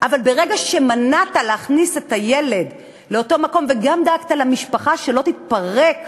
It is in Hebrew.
אבל ברגע שמנעת את הכנסת הילד לאותו מקום וגם דאגת למשפחה שלא תתפרק,